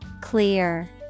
clear